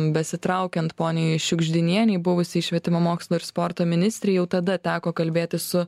besitraukiant poniai šiugždinienei buvusiai švietimo mokslo ir sporto ministrei jau tada teko kalbėtis su